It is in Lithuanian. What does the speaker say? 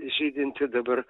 žydinti dabar